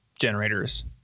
generators